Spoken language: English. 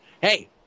Hey